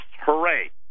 hooray